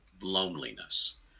loneliness